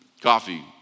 coffee